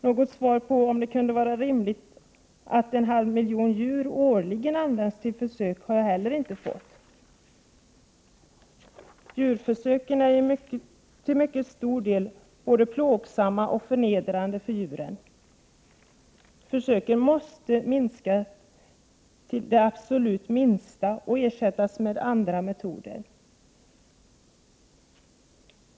Något svar på frågan om det är rimligt att en halv miljon djur årligen används till försök har jag inte heller fått. Djurförsöken är till mycket stor del både plågsamma och förnedrande för djuren. Försöken måste begränsas till de absolut nödvändiga och ersättas med andra metoder.